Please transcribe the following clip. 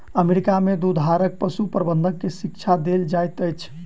America में दुधारू पशु प्रबंधन के शिक्षा देल जाइत अछि